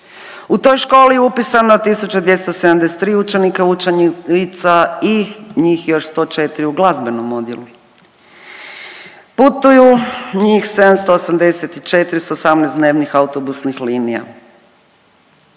U toj školi upisano je 1.273 učenika i učenica i njih još 104 u glazbenom odjelu. Putuju njih 784 s 18 dnevnih autobusnih linija.